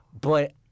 But-